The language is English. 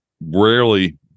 rarely